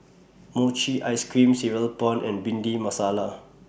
Mochi Ice Cream Cereal Prawns and Bhindi Masala